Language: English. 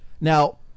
Now